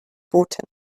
boten